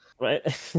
Right